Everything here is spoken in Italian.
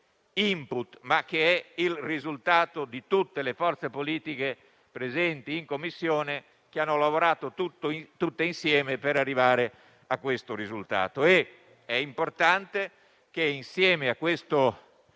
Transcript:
*input*, ma è il risultato di tutte le forze politiche presenti in Commissione, che hanno lavorato tutte insieme per arrivare a questo testo. È importante che, insieme a questo risultato,